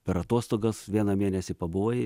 per atostogas vieną mėnesį pabuvai